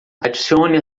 adicione